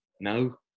No